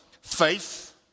faith